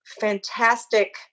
fantastic